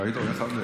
ראית עוד אחד מהם.